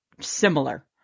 similar